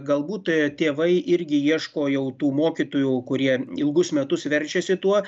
galbūt tėvai irgi ieško jau tų mokytojų kurie ilgus metus verčiasi tuo